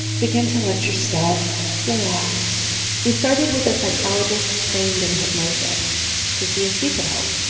begin to let yourself relax we started with a psychologist trained in hypnosis to see if she could help,